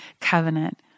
covenant